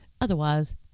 otherwise